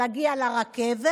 להגיע לרכבת,